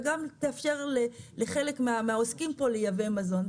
וגם תאפשר לחלק מהעוסקים פה לייבא מזון.